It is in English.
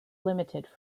limited